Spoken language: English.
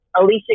Alicia